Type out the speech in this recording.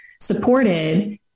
supported